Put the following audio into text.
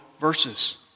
verses